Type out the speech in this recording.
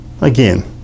again